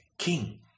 king